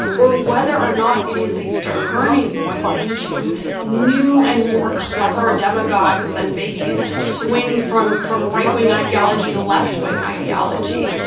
or whether or not it is a turning point into new and more clever demagogues that maybe swing from from right wing ideology to left wing ideology.